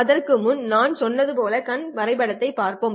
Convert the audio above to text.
அதற்கு முன் நான் சொன்னது போல் கண் வரைபடத்தைப் பார்ப்போம்